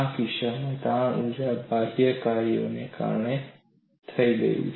અને આ કિસ્સામાં તાણ ઊર્જા બાહ્ય કાર્યને કારણે થઈ ગયું